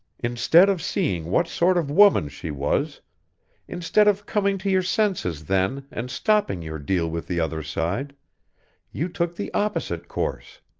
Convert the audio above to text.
instead of seeing what sort of woman she was instead of coming to your senses then and stopping your deal with the other side you took the opposite course.